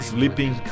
Sleeping